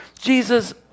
Jesus